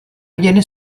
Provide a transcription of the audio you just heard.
viene